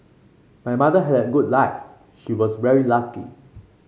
my mother had a good life she was very lucky